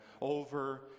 over